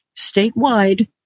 statewide